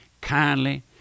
kindly